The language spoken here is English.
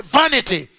vanity